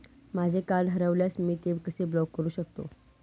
माझे कार्ड हरवल्यास मी ते कसे ब्लॉक करु शकतो?